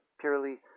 purely